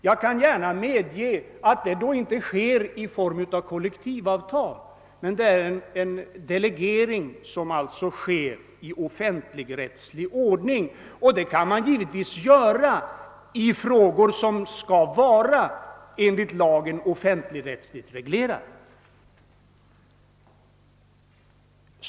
Jag kan gärna medge att detta inte sker i form av kollektivavtal utan genom en delegering i offentligrättslig ordning. Detta kan vi givetvis göra i frågor som enligt lagen skall vara offentligrättsligt reglerade.